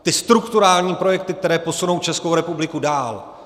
Ty strukturální projekty, které posunou Českou republiku dál?